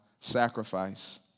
sacrifice